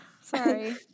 Sorry